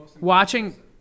watching